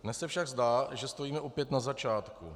Dnes se však zdá, že stojíme opět na začátku.